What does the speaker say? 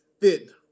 fit